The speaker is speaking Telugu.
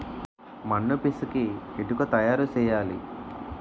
మన్ను పిసికి ఇటుక తయారు చేయాలి